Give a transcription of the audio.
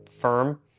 firm